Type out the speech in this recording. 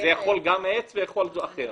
זה יכול להיות עץ ויכול להיות גם חומר אחר.